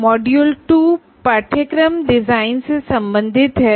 module 2 course design से संबंधित है